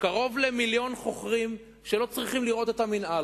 קרוב למיליון חוכרים שלא צריכים לראות את המינהל,